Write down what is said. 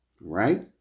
right